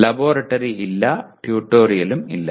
laboratory ഇല്ല ട്യൂട്ടോറിയലും ഇല്ല